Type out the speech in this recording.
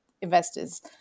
investors